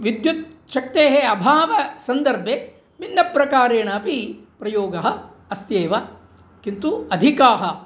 विद्युत् शक्तेः अभावसन्दर्भे भिन्नप्रकारेणापि प्रयोगः अस्त्येव किन्तु अधिकाः